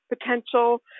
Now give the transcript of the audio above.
potential